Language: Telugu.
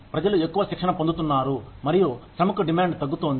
ప్రజలు ఎక్కువ శిక్షణ పొందుతున్నారు మరియు శ్రమకు డిమాండ్ తగ్గుతోంది